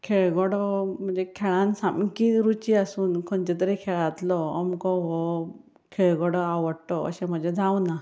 खेळगडो म्हणजे खेळांत सामकी रुची आसून खंयच्या तरी खेळांतललो अमको हो खेळगडो आवडटो अशें म्हजें जावना